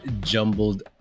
jumbled